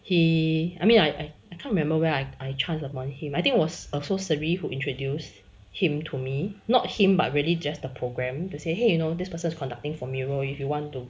he I mean I I can't remember where I I chance upon him I think was also cerie who introduced him to me not him but really just the program to say !hey! you know this person's conducting for me you know if you want to